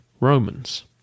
Romans